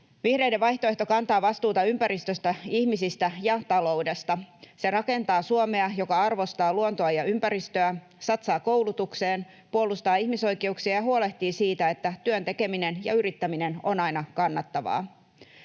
Vihreiden vaihtoehto kantaa vastuuta ympäristöstä, ihmisistä ja taloudesta. Se rakentaa Suomea, joka arvostaa luontoa ja ympäristöä, satsaa koulutukseen, puolustaa ihmisoikeuksia ja huolehtii siitä, että työn tekeminen ja yrittäminen on aina kannattavaa.